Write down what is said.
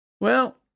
Well